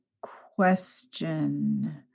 question